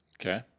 Okay